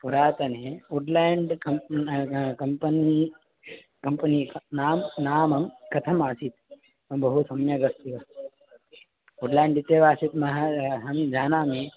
पुरातने वुड् लेण्ड् कम्प् कम्पनी कम्पनी क् नाम नाम कथम् आसीत् बहु सम्यगस्ति व वुड् लेण्ड् इत्येव आसीत् मह अहं जानामि